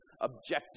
objective